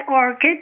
orchid